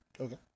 Okay